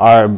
our